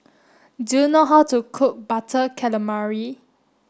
do you know how to cook butter calamari